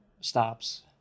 stops